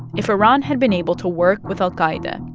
if iran had been able to work with al-qaida,